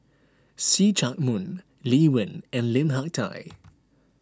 See Chak Mun Lee Wen and Lim Hak Tai